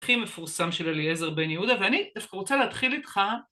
הכי מפורסם של אליעזר בן יהודה ואני דווקא רוצה להתחיל איתך